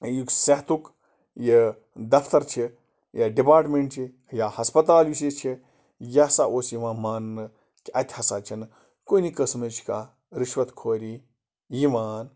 یہِ صحتُک یہِ دَفتَر چھِ یا ڈِپاٹمٮ۪نٛٹ چھِ یا ہَسپَتال یُس یہِ چھِ یہِ ہسا اوس یِوان مانٛنہٕ کہِ اَتہِ ہسا چھِنہٕ کُنہٕ قٕسمٕچ کانٛہہ رِشوَت خوری یِوان